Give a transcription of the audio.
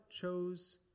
chose